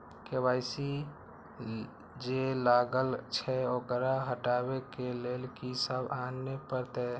KYC जे लागल छै ओकरा हटाबै के लैल की सब आने परतै?